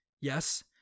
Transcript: Yes